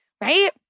right